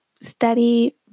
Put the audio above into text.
study